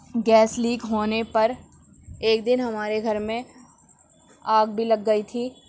gas leak ہونے پر ایک دِن ہمارے گھر میں آگ بھی لگ گئی تھی